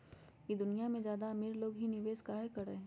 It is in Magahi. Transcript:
ई दुनिया में ज्यादा अमीर लोग ही निवेस काहे करई?